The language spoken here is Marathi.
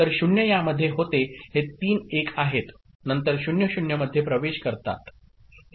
तर 0 यामध्ये होते हे तीन 1s आहेत नंतर 0 0 मध्ये प्रवेश करतात